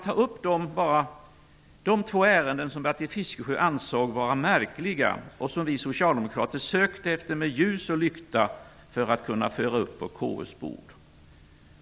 Jag vill bara ta upp de två ärenden som Bertil Fiskesjö ansåg vara märkliga och som vi socialdemokrater skulle ha sökt efter med ljus och lykta för att kunna föra upp på KU:s bord.